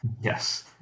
Yes